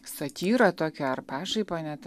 satyra tokia ar pašaipa net